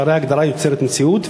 שהרי ההגדרה יוצרת מציאות,